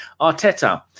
arteta